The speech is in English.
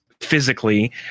physically